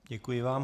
Děkuji vám.